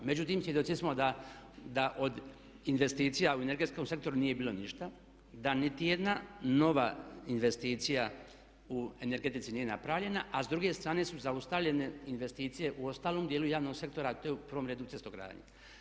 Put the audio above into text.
Međutim, svjedoci smo da od investicija u energetskom sektoru nije bilo ništa, da niti jedna nova investicija u energetici nije napravljena, a s druge strane su zaustavljene investicije u ostalom dijelu javnog sektora, to je u prvom redu cestogradnja.